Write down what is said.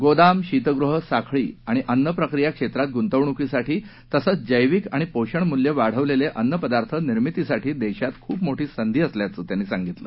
गोदाम शीतगृह साखळी आणि अन्नप्रक्रिया क्षेत्रात गुंतवणुकीसाठी तसंच जैविक आणि पोषणमूल्य वाढविलेले अन्नपदार्थ निर्मितीसाठी देशात खूप मोठी संधी असल्याचं त्यांनी सांगितलं